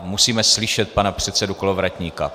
Musíme slyšet pana předsedu Kolovratníka.